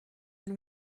and